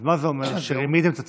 אז מה זה אומר, שרימיתם את הציבור?